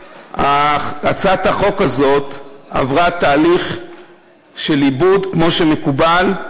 שהצעת החוק הזאת עברה תהליך של עיבוד, כמו שמקובל: